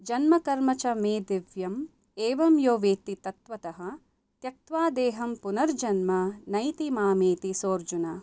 जन्म कर्म च मे दिव्यम् एवं यो वेत्ति तत्वतः त्यक्त्वा देहं पुनर्जन्म नैति मामेति सोऽर्जुन